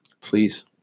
please